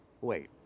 wait